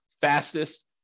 fastest